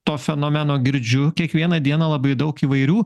to fenomeno girdžiu kiekvieną dieną labai daug įvairių